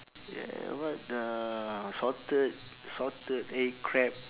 yeah what the salted salted egg crab